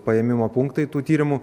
paėmimo punktai tų tyrimų